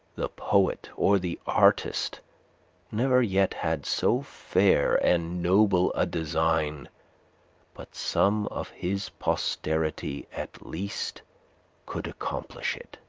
the poet or the artist never yet had so fair and noble a design but some of his posterity at least could accomplish it.